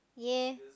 ya